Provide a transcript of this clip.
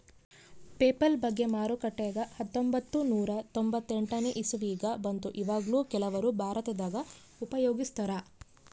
PayPal ಬಗ್ಗೆ ಮಾರುಕಟ್ಟೆಗ ಹತ್ತೊಂಭತ್ತು ನೂರ ತೊಂಬತ್ತೆಂಟನೇ ಇಸವಿಗ ಬಂತು ಈವಗ್ಲೂ ಕೆಲವರು ಭಾರತದಗ ಉಪಯೋಗಿಸ್ತರಾ